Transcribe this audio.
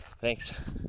Thanks